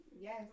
Yes